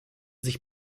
sich